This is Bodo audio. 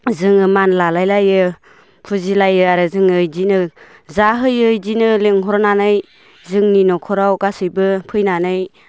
जोङो मान लालाय लायो फुजि लायो आरो जोङो इदिनो जा होयो इदिनो लिंहरनानै जोंनि न'खराव गासिबो फैनानै